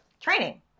Training